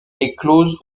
éclosent